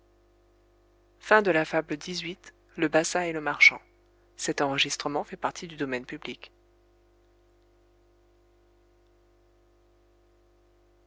le bassa et le marchand